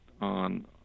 on